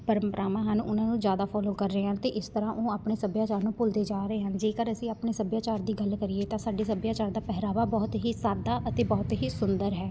ਪ੍ਰੰਪਰਾਵਾਂ ਹਨ ਉਹਨਾਂ ਨੂੰ ਜ਼ਿਆਦਾ ਫੋਲੋ ਕਰ ਰਹੇ ਅਤੇ ਇਸ ਤਰ੍ਹਾਂ ਉਹ ਆਪਣੇ ਸੱਭਿਆਚਾਰ ਨੂੰ ਭੁੱਲਦੇ ਜਾ ਰਹੇ ਹਨ ਜੇਕਰ ਅਸੀਂ ਆਪਣੇ ਸੱਭਿਆਚਾਰ ਦੀ ਗੱਲ ਕਰੀਏ ਤਾਂ ਸਾਡੇ ਸੱਭਿਆਚਾਰ ਦਾ ਪਹਿਰਾਵਾ ਬਹੁਤ ਹੀ ਸਾਦਾ ਅਤੇ ਬਹੁਤ ਹੀ ਸੁੰਦਰ ਹੈ